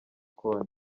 konti